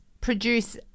produce